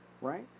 Right